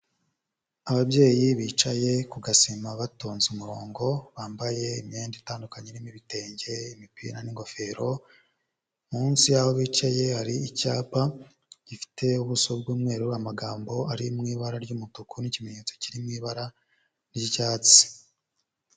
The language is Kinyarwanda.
Ababyeyi bicaye ku gasima batonze umurongo, bambaye imyenda itandukanye irimo ibitenge, imipira n'ingofero, munsi y'aho bicaye hari icyapa gifite ubuso bw'umweru, amagambo ari mu ibara ry'umutuku n'ikimenyetso kiri mu ibara ry'icyatsi.